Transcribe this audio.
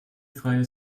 freie